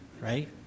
right